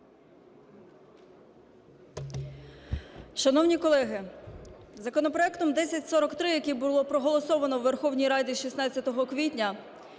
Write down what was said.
Шановні колеги, законопроектом 1043, який було проголосовано у Верховній Раді 16 квітня,